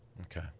Okay